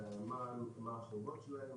מהן החובות שלהם,